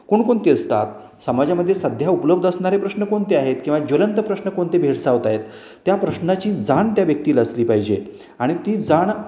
कोणकोणते असतात समाजामध्ये सध्या उपलब्ध असणारे प्रश्न कोणते आहेत किंवा ज्वलंत प्रश्न कोणते भेडसावतायेत त्या प्रश्नाची जाण त्या व्यक्तीला असली पाहिजे आणि ती जाण